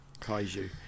Kaiju